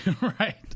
Right